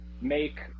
make –